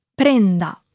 PRENDA